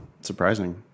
Surprising